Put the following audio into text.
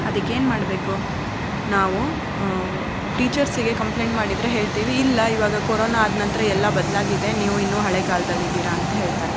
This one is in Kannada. ಅದಕ್ಕೇನು ಮಾಡಬೇಕು ನಾವು ಟೀಚರ್ಸಿಗೆ ಕಂಪ್ಲೇಂಟ್ ಮಾಡಿದರೆ ಹೇಳ್ತೀವಿ ಇಲ್ಲ ಇವಾಗ ಕೊರೊನ ಆದ ನಂತರ ಎಲ್ಲ ಬದಲಾಗಿದೆ ನೀವು ಇನ್ನೂ ಹಳೇ ಕಾಲದಲ್ಲಿದ್ದೀರಾ ಅಂತ ಹೇಳ್ತಾರೆ